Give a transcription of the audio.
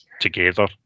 together